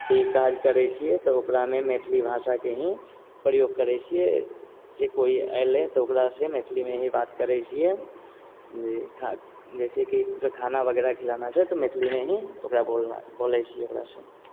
काज करै छियै तऽ ओकरामे मैथिली भाषा के ही प्रयोग करै छियै जे कोई ऐले तऽ ओकरासँ मैथिलीमे ही बात करै छियै जे खा जैसे कि खाना वगैरह खिलाना छै तऽ मैथिलीमे ही ओकरा बोलना बोलै छियै ओकरासँ